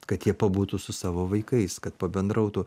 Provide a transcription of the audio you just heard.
kad jie pabūtų su savo vaikais kad pabendrautų